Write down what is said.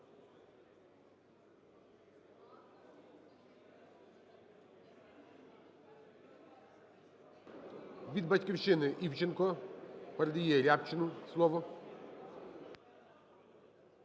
Від "Батьківщини" Івченко передає Рябчину слово.